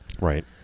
Right